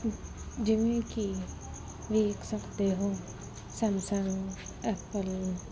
ਜਿਵੇਂ ਕਿ ਵੇਖ ਸਕਦੇ ਹੋ ਸੈਮਸੰਗ ਐਪਲ